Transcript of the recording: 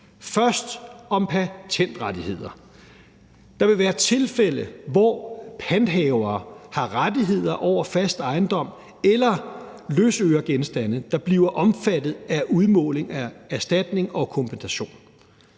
først om patentrettigheder: Der vil være tilfælde, hvor panthavere har rettigheder over fast ejendom eller løsøregenstande, der bliver omfattet af udmåling af erstatning og kompensation.